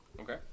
Okay